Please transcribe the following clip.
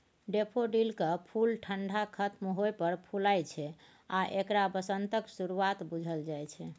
डेफोडिलकेँ फुल ठंढा खत्म होइ पर फुलाय छै आ एकरा बसंतक शुरुआत बुझल जाइ छै